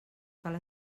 cal